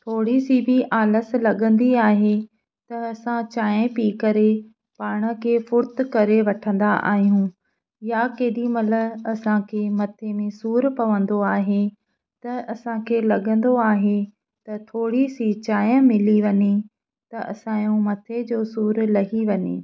थोरी सी बि आलस लॻंदी आहे त असां चांहि पी करे पाण खे फुर्त करे वठंदा आहियूं या केॾीमहिल असांखे मथे में सूरु पवंदो आहे त असांखे लॻंदो आहे त थोरी सी चांहि मिली वञे त असांजो मथे जो सूरु लही वञे